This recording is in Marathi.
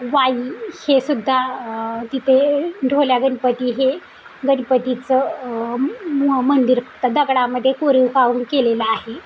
वाई हे सुद्धा तिथे ढोल्या गणपती हे गणपतीचं मंदिर दगडामध्ये कोरीव काम केलेलं आहे